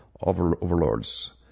overlords